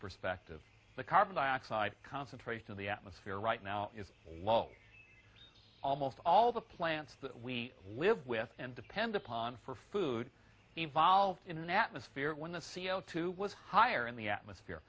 perspective the carbon dioxide concentration of the atmosphere right now is low almost all the plants that we live with and depend upon for food evolved in an atmosphere when the c o two was higher in the atmosphere